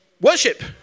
Worship